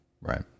Right